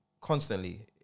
constantly